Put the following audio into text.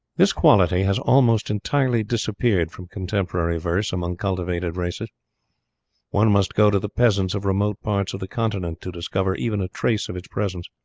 this quality has almost entirely disappeared from contemporary verse among cultivated races one must go to the peasants of remote parts of the continent to discover even a trace of its presence.